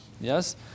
yes